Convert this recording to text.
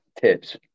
tips